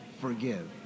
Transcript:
forgive